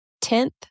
tenth